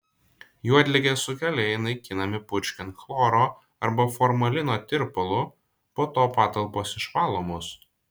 juodligės sukėlėjai naikinami purškiant chloro arba formalino tirpalu po to patalpos išvalomos